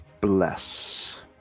Bless